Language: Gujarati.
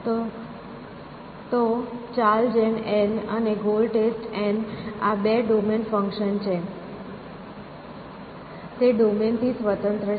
તો ચાલ જીન એન અને ગોલ ટેસ્ટ n આ બે ડોમેન ફંક્શન્સ છે જે આપણી પાસે બાકીની સર્ચ અલ્ગોરિધમ છે જે આપણે લખી રહ્યા છીએ તે ડોમેનથી સ્વતંત્ર છે